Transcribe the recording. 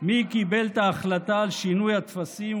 מי קיבל את ההחלטה על שינוי הטפסים?